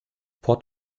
port